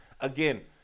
Again